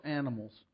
animals